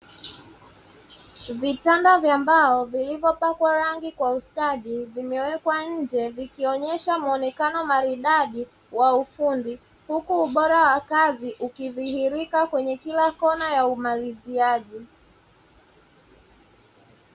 Vitanda vya mbao vilivyopakwa rangi kwa ustadi vimewekwa nje vikionyesha muonekano maridadi wa ufundi, huku ubora wa kazi ukidhihirika kwenye kila kona ya umaliziaji.